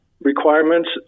requirements